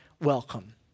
welcome